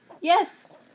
Yes